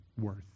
worth